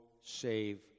save